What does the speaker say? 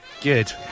Good